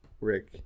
Rick